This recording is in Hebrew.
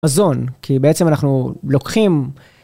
מזון, כי בעצם אנחנו לוקחים...